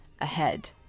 ahead